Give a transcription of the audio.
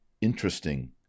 Interesting